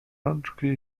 rączki